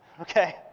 okay